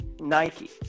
nike